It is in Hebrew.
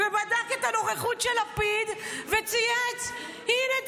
בדק את הנוכחות של לפיד וצייץ: הינה,